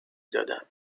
دادم